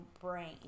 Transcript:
brain